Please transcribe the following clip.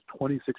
26%